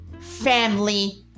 ...family